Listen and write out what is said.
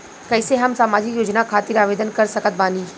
कैसे हम सामाजिक योजना खातिर आवेदन कर सकत बानी?